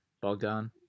Bogdan